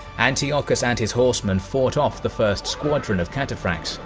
antiochus and his horsemen fought off the first squadron of cataphracts,